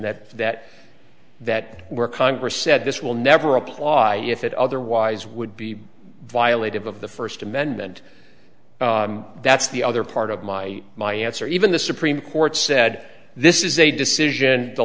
that that that we're congress said this will never apply if it otherwise would be violative of the first amendment that's the other part of my my answer even the supreme court said this is a decision the